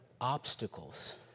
obstacles